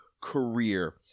career